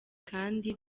kandi